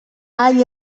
hay